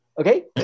okay